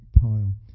pile